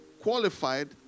qualified